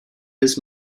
his